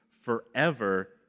forever